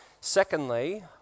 Secondly